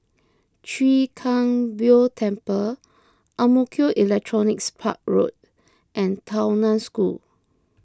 Chwee Kang Beo Temple Ang Mo Kio Electronics Park Road and Tao Nan School